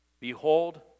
Behold